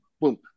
boom